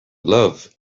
love